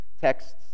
texts